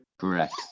correct